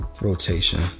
rotation